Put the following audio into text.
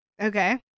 Okay